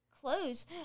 clothes